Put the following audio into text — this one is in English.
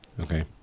Okay